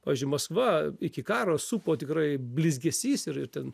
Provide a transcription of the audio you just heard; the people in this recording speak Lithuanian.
pavyzdžiui maskva iki karo supo tikrai blizgesys ir ir ten